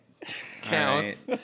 counts